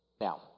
Now